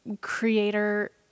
creator